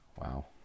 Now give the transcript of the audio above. Wow